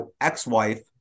ex-wife